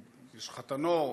שחתנו,